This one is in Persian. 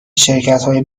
شرکتهای